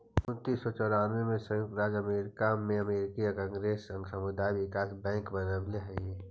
उन्नीस सौ चौरानबे में संयुक्त राज्य अमेरिका में अमेरिकी कांग्रेस सामुदायिक विकास बैंक बनवलकइ हई